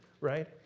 right